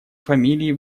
фамилии